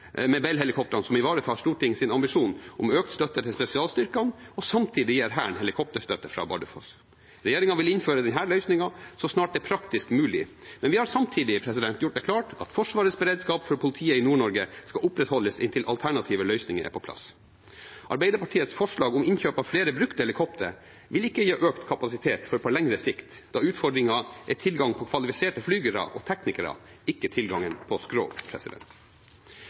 med Bell-helikoptrene som ivaretar Stortingets ambisjon om økt støtte til spesialstyrkene og samtidig gir Hæren helikopterstøtte fra Bardufoss. Regjeringen vil innføre denne løsningen så snart det er praktisk mulig, men vi har samtidig gjort det klart at Forsvarets beredskap for politiet i Nord-Norge skal opprettholdes inntil alternative løsninger er på plass. Arbeiderpartiets forslag om innkjøp av flere brukte helikoptre vil ikke gi økt kapasitet før på lengre sikt, da utfordringen er tilgang på kvalifiserte flygere og teknikere, ikke tilgangen på